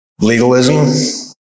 legalism